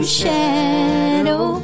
shadow